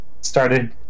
Started